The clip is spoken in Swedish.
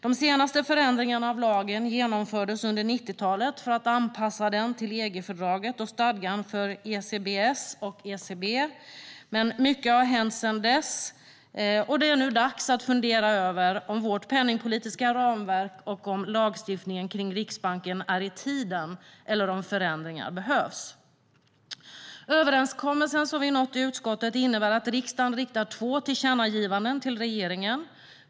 De senaste förändringarna av lagen genomfördes under 90-talet för att anpassa den till EG-fördraget och stadgan för ECBS och ECB. Mycket har hänt sedan dess, och det är nu dags att fundera över om vårt penningpolitiska ramverk och lagstiftningen kring Riksbanken är i tiden eller om förändringar behövs. Överenskommelsen som vi nått i utskottet innebär att riksdagen riktar två tillkännagivanden till regeringen.